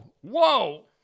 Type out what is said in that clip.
whoa